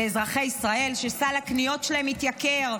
לאזרחי ישראל, שסל הקניות שלהם התייקר,